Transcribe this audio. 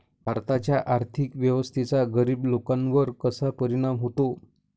भारताच्या आर्थिक व्यवस्थेचा गरीब लोकांवर कसा परिणाम होतो?